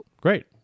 great